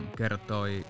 kertoi